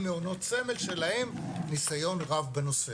מעונות סמל שלהם ניסיון רב בנושא.